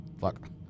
Fuck